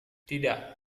tidak